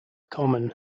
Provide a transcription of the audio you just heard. common